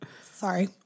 Sorry